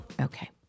Okay